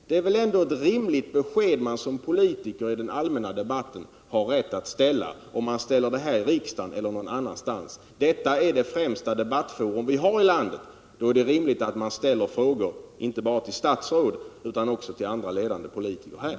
Det är väl ändå en rimlig fråga, som man som politiker i den allmänna debatten har rätt att ställa — vare sig man ställer den här i riksdagen eller någon annanstans; detta är det främsta debattforum vi har i landet. Då är det rimligt att man här ställer frågor, inte bara till statsråd utan också till andra ledande politiker.